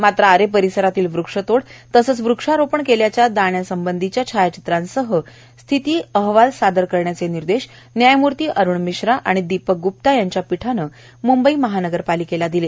मात्र आरे परिसरातली वृक्ष तोड तसंच वृक्षारोपण केल्याच्या दाण्यासंबंधीच्या छायाचित्रांसह स्थिती अहवाल सादर करण्याचे निर्देश न्यायमूर्ती अरूण मिश्रा आणि दीपक गुप्ता यांच्या पीठानं मुंबई महानगरपालिकेला दिले